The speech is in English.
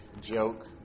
joke